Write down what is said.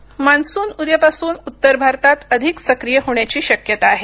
हुवामान मान्सून उद्यापासून उत्तर भारतात अधिक सक्रीय होण्याची शक्यता आहे